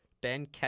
Ben